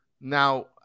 now